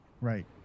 Right